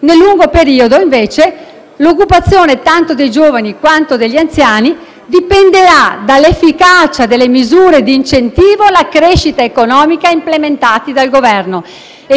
Nel lungo periodo, invece, l'occupazione tanto dei giovani, quanto degli anziani dipenderà dall'efficacia delle misure di incentivo alla crescita economica implementate dal Governo.